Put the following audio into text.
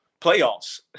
playoffs